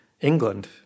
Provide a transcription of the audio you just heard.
England